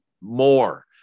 more